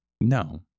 No